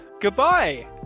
goodbye